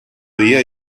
dia